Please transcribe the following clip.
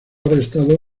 arrestado